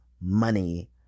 money